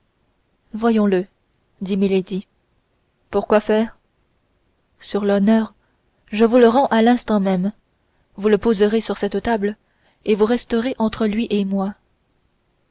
voyons-le dit milady pour quoi faire sur l'honneur je vous le rends à l'instant même vous le poserez sur cette table et vous resterez entre lui et moi